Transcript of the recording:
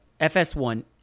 FS1